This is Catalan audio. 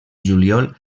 juliol